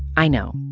i know.